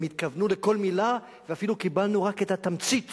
הם התכוונו לכל מלה ואפילו קיבלנו רק את התמצית